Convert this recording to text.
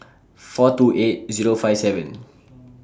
four two eight Zero five seven